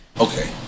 Okay